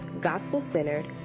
gospel-centered